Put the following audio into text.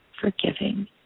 forgiving